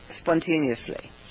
spontaneously